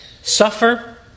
suffer